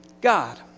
God